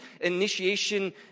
initiation